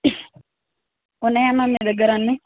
ఉన్నాయా మ్యామ్ మీ దగ్గర అన్నీ